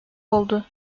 oldu